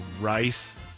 rice